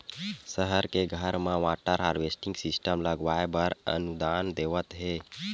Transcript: सहर के घर म वाटर हारवेस्टिंग सिस्टम लगवाए बर अनुदान देवत हे